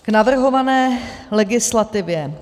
K navrhované legislativě.